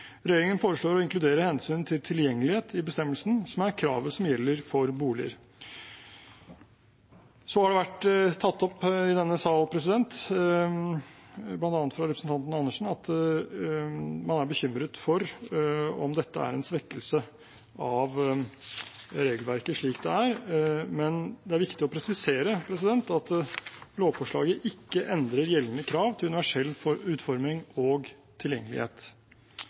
Regjeringen foreslår å inkludere hensynet til tilgjengelighet i bestemmelsen, som er kravet som gjelder for boliger. Det har vært tatt opp i denne salen, bl.a. fra representanten Andersen, at man er bekymret for om dette er en svekkelse av regelverket slik det er, men det er viktig å presisere at lovforslaget ikke endrer gjeldende krav til universell utforming og tilgjengelighet.